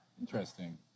Interesting